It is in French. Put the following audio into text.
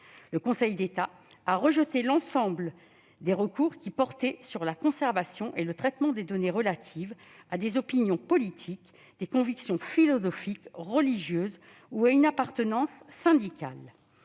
Le Conseil d'État a rejeté l'ensemble des recours, qui portaient sur la conservation et le traitement de données relatives « à des opinions politiques, des convictions philosophiques, religieuses ou à une appartenance syndicale